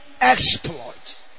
exploit